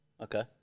Okay